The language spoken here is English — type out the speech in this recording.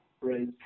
Right